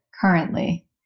currently